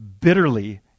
bitterly